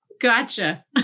gotcha